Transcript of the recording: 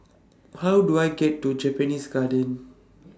How Do I get to Japanese Garden